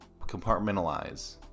compartmentalize